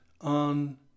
on